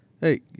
Hey